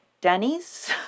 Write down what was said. Denny's